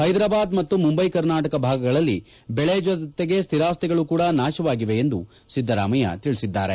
ಹೈದ್ರಾಬಾದ್ ಮತ್ತು ಮುಂಬೈ ಕರ್ನಾಟಕದ ಭಾಗಗಳಲ್ಲಿ ಬೆಳೆ ಜೊತೆಗೆ ಸ್ತಿರಾಸ್ತಿಗಳು ಕೂಡಾ ನಾಶವಾಗಿವೆ ಎಂದು ಸಿದ್ದರಾಮಯ್ಯ ತಿಳಿಸಿದ್ದಾರೆ